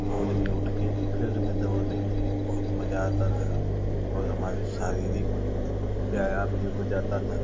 भोर में उठ के फील्ड में दौड़ने में बहुत मजा आता था और हमारे शारीरिक व्यायाम भी हो जाता था